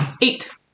Eight